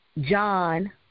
John